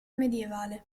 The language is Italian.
medievale